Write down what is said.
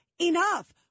enough